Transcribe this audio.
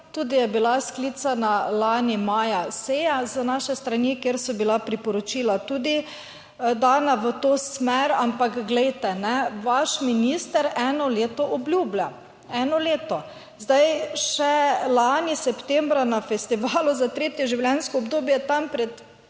Tudi je bila sklicana lani maja seja z naše strani, kjer so bila priporočila tudi dana v to smer, ampak glejte, vaš minister eno leto obljublja. Eno leto. Zdaj, še lani septembra na festivalu za tretje življenjsko obdobje, je tam pred